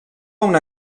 una